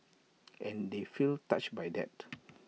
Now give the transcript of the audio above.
and they feel touched by that